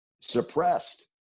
suppressed